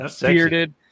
bearded